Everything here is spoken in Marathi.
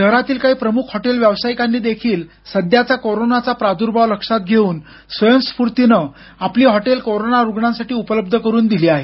शहरातील काही प्रमुख हॉटेल व्यावसायिकांनी देखील सध्याचा कोरोनाचा प्रार्द्भाव लक्षात घेऊन स्वयंस्फूर्तीनं आपली हॉटेल कोरोना रुग्णांसाठी उपलब्ध करून दिली आहेत